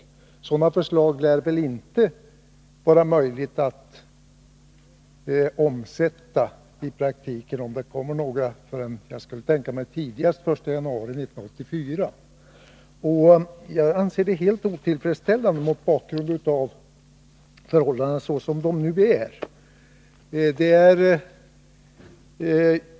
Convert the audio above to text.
Sådana förslag — om det blir några — lär det inte bli möjligt att omsätta i praktiken förrän tidigast den 1 januari 1984. Jag anser detta vara helt otillfredsställande mot bakgrund av hur förhållandena nu är.